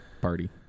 party